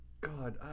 God